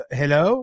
hello